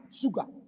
sugar